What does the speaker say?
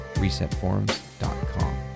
resetforums.com